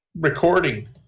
recording